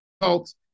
results